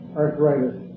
arthritis